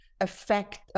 Affect